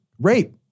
rape